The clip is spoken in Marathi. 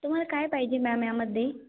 तुम्हाला काय पाहिजे मॅम यामध्ये